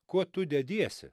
kuo tu dediesi